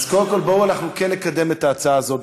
אז קודם כול אנחנו כן נקדם את ההצעה הזאת,